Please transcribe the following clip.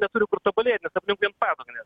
neturi kur tobulėti nes aplink vien padugnės